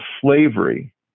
slavery